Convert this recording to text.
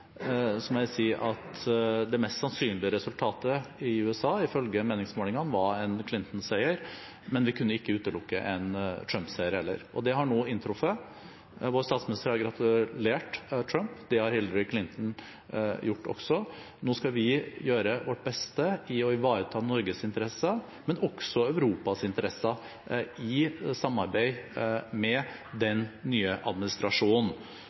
det mest sannsynlige resultatet i USA, ifølge meningsmålingene, en Clinton-seier, men vi kunne heller ikke utelukke en Trump-seier. Den har nå inntruffet. Vår statsminister har gratulert Trump, og det har Hillary Clinton også gjort. Nå skal vi gjøre vårt beste for å ivareta Norges interesser, men også Europas interesser, i samarbeid med den nye administrasjonen.